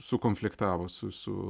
sukonfliktavo su su